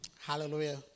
Hallelujah